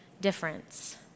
difference